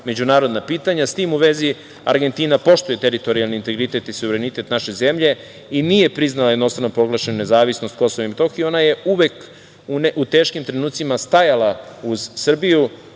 međunarodna pitanja. S tim u vezi, Argentina poštuje teritorijalni integritet i suverenitet naše zemlje i nije priznala jednostrano proglašenu nezavisnost Kosova i Metohije. Ona je uvek u teškim trenucima stajala uz Srbiju.